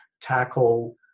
tackle